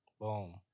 boom